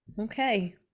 okay